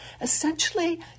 Essentially